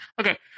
Okay